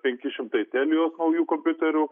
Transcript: penki šimtai telios naujų kompiuterių